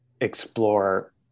explore